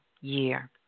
year